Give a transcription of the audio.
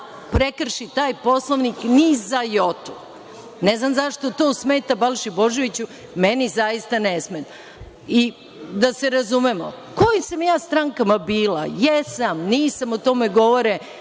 prekrši taj Poslovnik ni za jotu. Ne znam zašto to smeta Balši Božoviću, meni zaista ne smeta. Da se razumemo, u kojim sam ja strankama bila, jesam, nisam, o tome govore